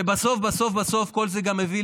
שבסוף בסוף בסוף כל זה גם הביא,